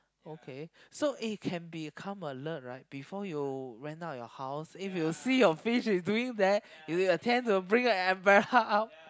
okay so it can become alert right before you went out your house if you see your fish is doing that you will tend to bring the umbrella out